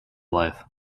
life